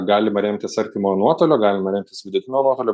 galima remtis artimojo nuotolio galima remtis vidutinio nuotolio